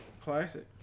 Classic